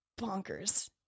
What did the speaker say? bonkers